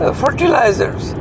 fertilizers